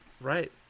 Right